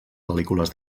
pel·lícules